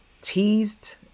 teased